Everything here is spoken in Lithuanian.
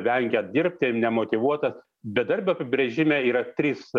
vengia dirbti nemotyvuotas bedarbio apibrėžime yra trys